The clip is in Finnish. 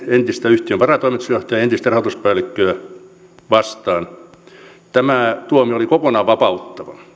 entistä yhtiön varatoimitusjohtajaa ja entistä rahoituspäällikköä vastaan tämä tuomio oli kokonaan vapauttava